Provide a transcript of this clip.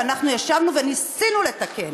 ואנחנו ישבנו וניסינו לתקן.